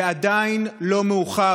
ועדיין לא מאוחר.